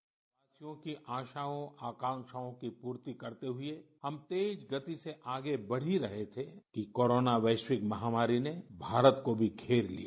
देशवासियों की आशाओं आकाँक्षाओं की पूर्ति करते हुए हम तेज गति से आगे बढ़ ही रहे थे कि कोरोना वैश्विक महामारी ने भारत को भी घेर लिया